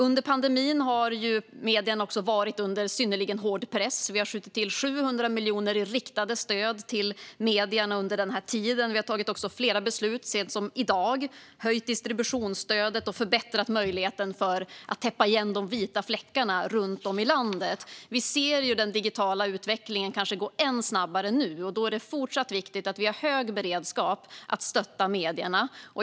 Under pandemin har medierna varit under synnerligen hård press. Vi har skjutit till 700 miljoner i riktade stöd till medierna under den här tiden. Vi har också tagit flera beslut, även så sent som i dag, och höjt distribu-tionsstödet och förbättrat möjligheten att täppa igen de vita fläckarna runt om i landet. Vi ser den digitala utvecklingen gå kanske än snabbare nu, och då är det fortsatt viktigt att vi har hög beredskap att stötta medierna.